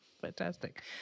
fantastic